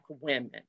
women